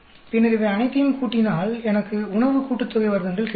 பின்னர் இவை அனைத்தையும் கூட்டினால் எனக்கு உணவு கூட்டுத்தொகை வர்க்கங்கள் கிடைக்கும்